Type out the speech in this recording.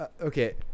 okay